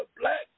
black